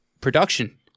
production